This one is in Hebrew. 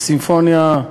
הסימפוניה,